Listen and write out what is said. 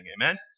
Amen